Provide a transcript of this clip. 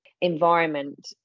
environment